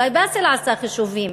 אולי באסל עשה חישובים.